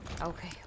Okay